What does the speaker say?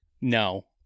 No